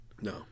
No